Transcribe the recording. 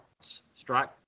strike